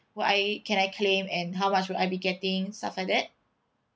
what I can I claim and how much would I be getting stuff like that